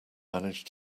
manage